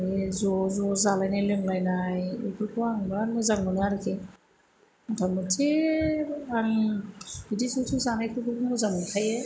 माने ज 'ज' जालायनाय लोंलायनाय बेफोरखौ आं बिराद मोजां मोनो आरोखि मथा म'थि आं बिदि ज' ज' जानायफोरखौ मोजां मोनखायो